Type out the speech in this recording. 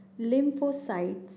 lymphocytes